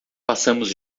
passamos